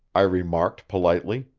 i remarked politely.